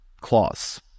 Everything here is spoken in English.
clause